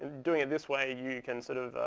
doing it this way, you can sort of